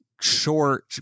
short